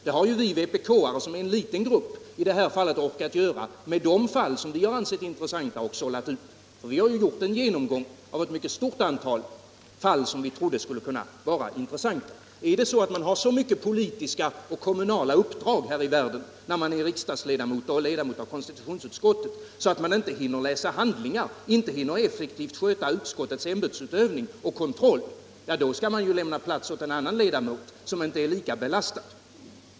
Det har ju vi vpk:are, som är en liten grupp, i det här fallet orkat göra när det gäller de fall som vi funnit intressanta och sållat ut. Vi har gjort en genomgång av ett mycket stort antal fall som vi trodde skulle kunna vara intressanta. Om en riksdagsledamot och ledamot av konstitutionsutskottet har så många kommunala uppdrag att han inte hinner läsa handlingar och effektivt sköta utskottets ämbetsutövning och kontroll, skall han lämna plats åt en annan ledamot som inte är lika belastad.